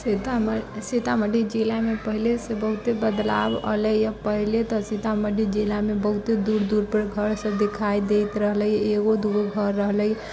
सीतामढ़ी सीतामढ़ी जिलामे पहले से बहुते बदलाव अयलै है पहले तऽ सीतामढ़ी जिलामे बहुते दूर दूर पर घर सभ देखाइ दैत रहलै एगो दूगो घर रहलै